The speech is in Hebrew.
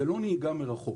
הוא לא נהיגה מרחוק